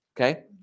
okay